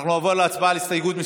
אנחנו נעבור להצבעה על הסתייגות,